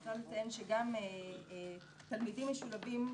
אני רוצה לציין שגם תלמידים משולבים,